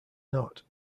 not